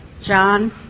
John